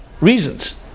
reasons